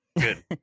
good